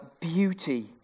Beauty